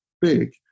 big